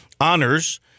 honors